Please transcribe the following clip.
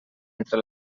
entre